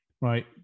right